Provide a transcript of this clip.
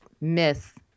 myth